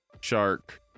shark